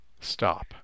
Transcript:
stop